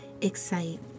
excite